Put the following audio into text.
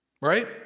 Right